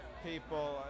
people